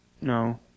no